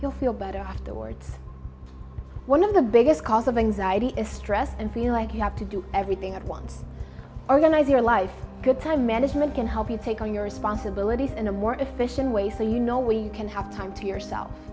you'll feel better afterwards one of the biggest cause of anxiety is stress and feel like you have to do everything at once organize your life good time management can help you take on your responsibilities in a more efficient way so you know we can have time to yourself